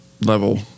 level